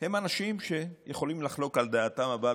הם אנשים שאפשר לחלוק על דעתם אבל